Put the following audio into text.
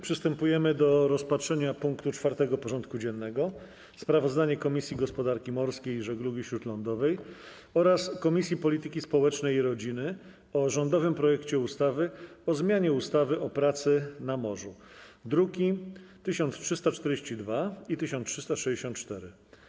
Przystępujemy do rozpatrzenia punktu 4. porządku dziennego: Sprawozdanie Komisji Gospodarki Morskiej i Żeglugi Śródlądowej oraz Komisji Polityki Społecznej i Rodziny o rządowym projekcie ustawy o zmianie ustawy o pracy na morzu (druki nr 1342 i 1364)